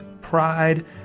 pride